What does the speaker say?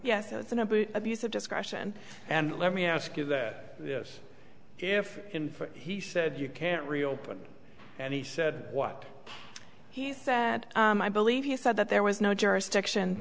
yes it's an abuse of discretion and let me ask you that yes if in fact he said you can't reopen and he said what he said i believe you said that there was no jurisdiction